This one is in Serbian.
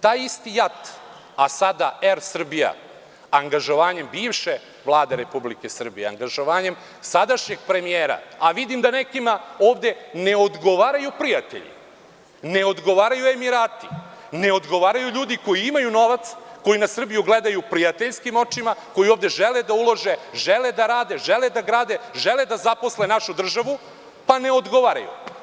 Taj isti JAT, a sada „Er Srbija“, angažovanjem bivše Vlade Republike Srbije, angažovanjem sadašnjeg premijera, a vidim da nekima ovde ne odgovaraju prijatelji, ne odgovaraju Emirati, ne odgovaraju ljudi koji imaju novac, koji na Srbiju gledaju prijateljskim očima, koji ovde žele da ulože, žele da rade, žele da grade, žele da zaposle našu državu, pa ne odgovaraju.